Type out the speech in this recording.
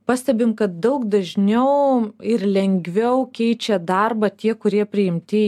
pastebim kad daug dažniau ir lengviau keičia darbą tie kurie priimti